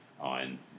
on